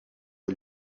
est